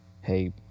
hey